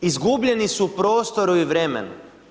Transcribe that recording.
Izgubljeni su u prostoru i vremenu.